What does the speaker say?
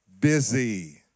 busy